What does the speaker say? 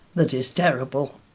that is terrible,